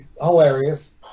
hilarious